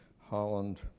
Holland